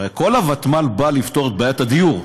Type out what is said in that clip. הרי כל נושא הוותמ"ל נועד לפתור את בעיית הדיור.